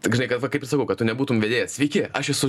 tik žai kad va kaip sakau kad tu nebūtum vedėjas sveiki aš esu